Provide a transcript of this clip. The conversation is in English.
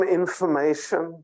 information